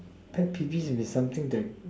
pet peeves is something that